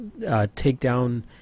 takedown